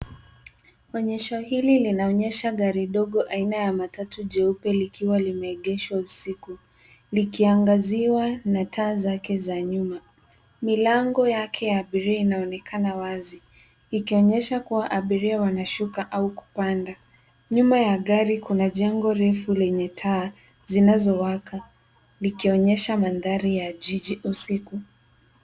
Onyesho hili linaonyesha gari dogo aina ya matatu jeupe likiwa limeegeshwa usiku likiangaziwa na taa zake za nyuma. Milango yake ya abiria inaonekana wazi ikionyesha kuwa abiria wanashuka au kupanda. Nyuma ya gari kuna jengo refu lenye taa zinazowaka likionyesha mandhari ya jiji usiku.